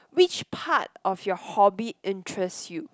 which part of your hobby interest you